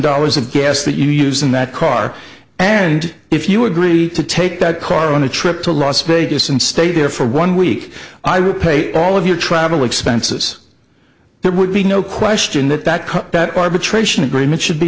dollars of gas that you use in that car and if you agree to take that car on a trip to las vegas and stay there for one week i would pay all of your travel expenses there would be no question that that cut that arbitration agreement should be